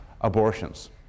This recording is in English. abortions